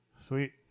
Sweet